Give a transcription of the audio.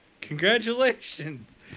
Congratulations